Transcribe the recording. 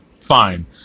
fine